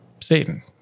satan